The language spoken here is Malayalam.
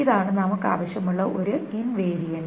ഇതാണ് നമുക്ക് ആവശ്യമുള്ള ഒരു ഇൻവേരിയന്റ്